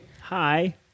Hi